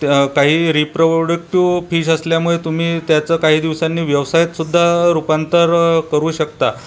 काही reproductive fish असल्यामुळे तुम्ही त्याचं काही दिवसांनी व्यवसायात सुद्धा रूपांतर करू शकता